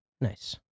Nice